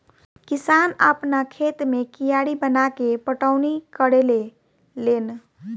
किसान आपना खेत मे कियारी बनाके पटौनी करेले लेन